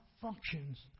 functions